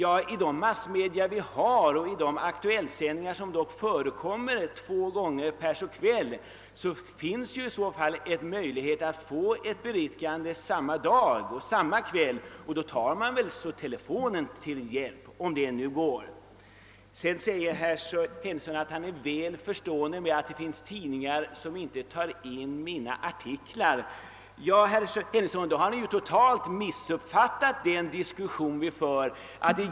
Vi har varje kväll två Aktuelltsändningar i TV, och blir man angripen i den första, så finns det en möjlighet att få ett beriktigande samma kväll, om man tar telefonen till hjälp. Herr Henningsson sade sig också mycket väl kunna förstå att det finns tidningar som inte tar in mina artiklar. Det betyder att herr Henningsson totalt har missuppfattat den diskussion vi för.